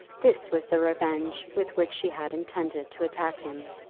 this was the revenge with which she had intended to attack him.